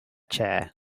chair